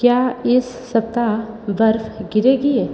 क्या इस सप्ताह बर्फ गिरेगी